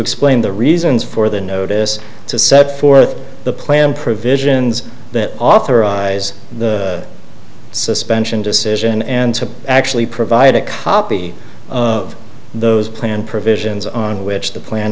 explain the reasons for the notice to set forth the plan provisions that authorize the suspension decision and to actually provide a copy of those planned provisions on which the plan